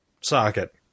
Socket